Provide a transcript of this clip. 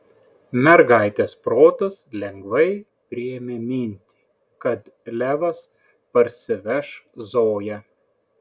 mergaitės protas lengvai priėmė mintį kad levas parsiveš zoją